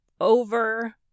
over